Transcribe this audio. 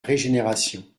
régénération